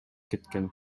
кеткен